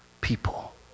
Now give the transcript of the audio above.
people